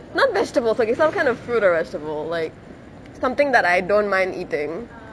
not vegetables like it's some kind of fruit or vegetable like something that I don't mind eating